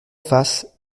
face